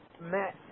Matt